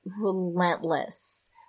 relentless